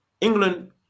England